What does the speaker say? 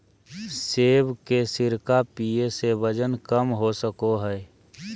सेब के सिरका पीये से वजन कम हो सको हय